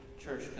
church